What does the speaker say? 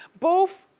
boof?